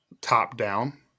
top-down